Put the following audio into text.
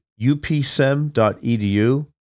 upsem.edu